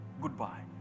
goodbye